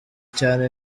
cyane